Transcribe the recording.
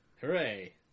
Hooray